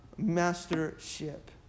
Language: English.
mastership